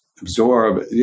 absorb